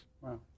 Wow